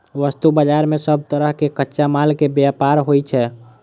वस्तु बाजार मे सब तरहक कच्चा माल के व्यापार होइ छै